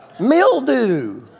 Mildew